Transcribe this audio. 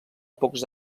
pocs